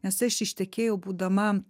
nes aš ištekėjau būdama